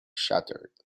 shattered